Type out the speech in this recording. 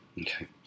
Okay